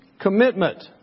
Commitment